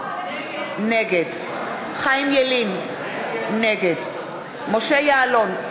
נגד חיים ילין, נגד משה יעלון,